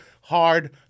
hard